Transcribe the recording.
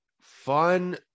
fun